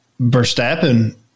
Verstappen